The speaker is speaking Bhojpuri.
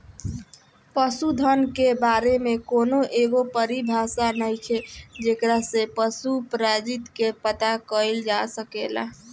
पशुधन के बारे में कौनो एगो परिभाषा नइखे जेकरा से पशु प्रजाति के पता कईल जा सके